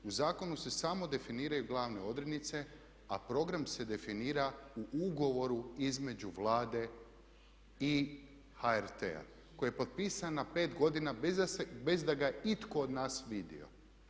U zakonu se samo definiraju glavne odrednice, a program se definira u ugovoru između Vlade i HRT-a koji je potpisan na 5 godina bez da ga je itko od nas vidio.